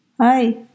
Hi